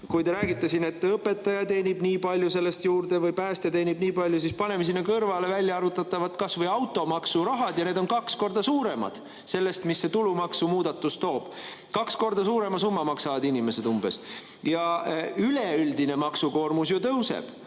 Kui te räägite siin, et õpetaja teenib nii palju sellest juurde või päästja teenib nii palju, siis paneme sinna kõrvale kas või väljaarvutatavad automaksu rahad, ja need on kaks korda suuremad sellest, mis see tulumaksumuudatus toob. Umbes kaks korda suurema summa maksavad inimesed. Üleüldine maksukoormus ju tõuseb.